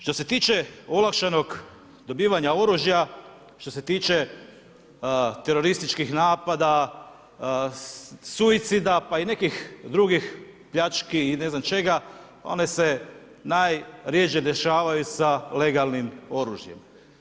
Što se tiče olakšanog dobivanja oružja, što se tiče terorističkih napada, suicida pa i nekih drugih pljački i ne znam čega, one se najrjeđe dešavaju sa legalnim oružjem.